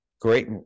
great